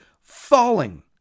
falling